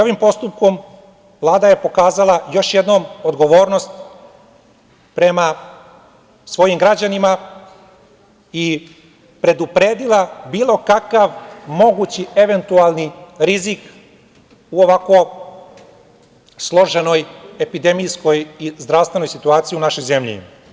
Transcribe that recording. Ovim postupkom Vlada je pokazala još jednom odgovornost prema svojim građanima i predupredila bilo kakav mogući eventualni rizik u ovako složenoj epidemijskoj i zdravstvenoj situaciji u našoj zemlji.